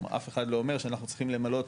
אף אחד לא אומר שאנחנו צריכים למנות